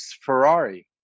Ferrari